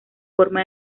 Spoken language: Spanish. forma